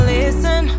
listen